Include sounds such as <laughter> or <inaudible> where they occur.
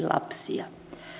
<unintelligible> lapsia